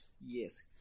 Yes